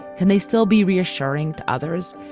can they still be reassuring to others.